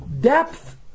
Depth